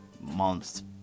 months